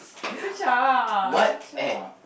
Zi-char Zi-char